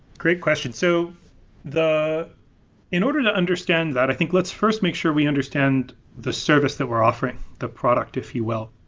great question. so in order to understand that, i think let's first make sure we understand the service that we're offering, the product if you will.